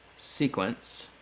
sequence